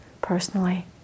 personally